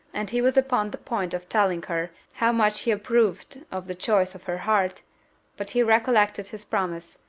and he was upon the point of telling her how much he approved of the choice of her heart but he recollected his promise,